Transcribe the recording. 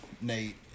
Nate